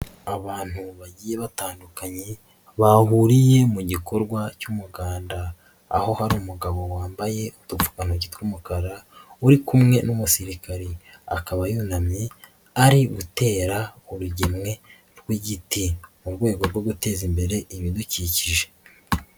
Abantu bagiye batandukanye bahuriye mu gikorwa cy'umuganda, aho hari umugabo wambaye utupfukantoki tw'umukara uri kumwe n'umusirikare, akaba yunamye ari gutera urugemwe rw'igiti mu rwego rwo guteza imbere ibidukikije.